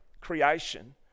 Creation